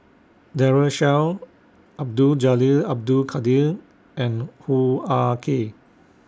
Daren Shiau Abdul Jalil Abdul Kadir and Hoo Ah Kay